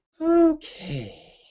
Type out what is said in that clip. Okay